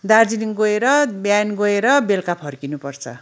दार्जिलिङ गएर बिहान गएर बेलुका फर्किनुपर्छ